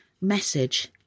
message